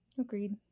Agreed